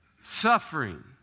suffering